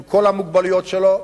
עם כל המוגבלויות שלו,